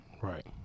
Right